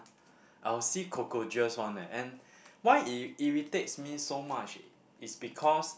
I will see cockroaches one eh and why it irritates me so much is because